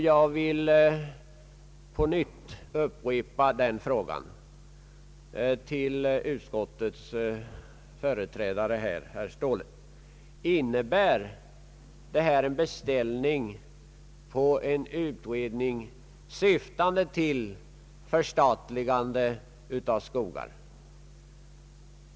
Jag vill upprepa frågan till utskottets företrädare, herr Ståhle: Innebär detta en beställning av en utredning, syftande till förstatligande av skogarna?